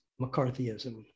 McCarthyism